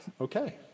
Okay